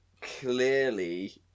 clearly